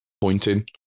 pointing